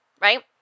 right